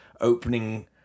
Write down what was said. opening